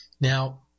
Now